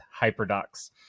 HyperDocs